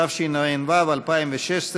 התשע"ו 2016,